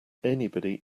anybody